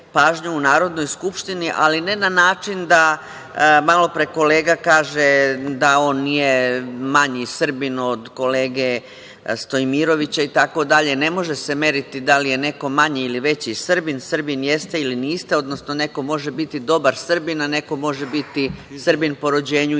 pažnju u Narodnoj skupštini, ali ne na način da malo pre kolega kaže da on nije manji Srbin od kolege Stojmirovića i tako dalje, ne može se meriti da li je neko manji ili veći Srbin, Srbin jeste ili niste, odnosno neko može biti dobar Srbin, a neko može biti Srbin po rođenju i